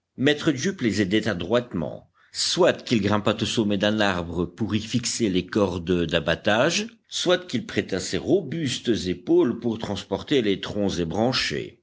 maître jup les aidait adroitement soit qu'il grimpât au sommet d'un arbre pour y fixer les cordes d'abatage soit qu'il prêtât ses robustes épaules pour transporter les troncs ébranchés